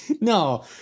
No